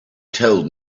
told